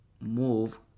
move